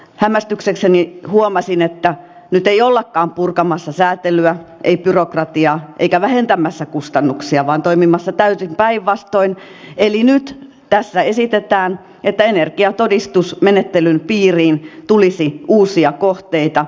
hämmästyksekseni huomasin että nyt ei ollakaan purkamassa säätelyä tai byrokratiaa eikä vähentämässä kustannuksia vaan toimimassa täysin päinvastoin eli nyt tässä esitetään että energiatodistusmenettelyn piiriin tulisi uusia kohteita kiteytettynä